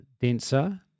denser